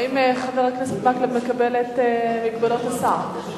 האם חבר הכנסת מקלב מקבל את מגבלות השר?